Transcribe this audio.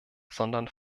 sondern